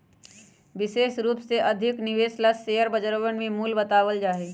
विशेष रूप से अधिक निवेश ला शेयर बजरवन में मूल्य बतावल जा हई